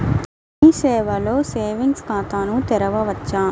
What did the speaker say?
మీ సేవలో సేవింగ్స్ ఖాతాను తెరవవచ్చా?